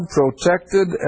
protected